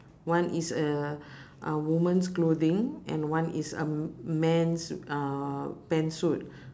one is a a women's clothing and one is a men's uh pants suit